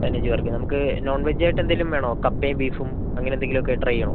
പതിനഞ്ച് പേർക്ക് നമുക്ക് നോൺ വെജ് ആയിട്ട് എന്തെങ്കിലും വേണോ കപ്പയും ബീഫും അങ്ങനെ എന്തെങ്കിലുമൊക്കെ ട്രൈ ചെയ്യണോ